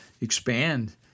expand